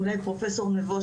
אולי פרופ' נבו,